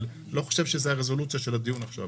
אני לא חושב שזו הרזולוציה של הדיון עכשיו.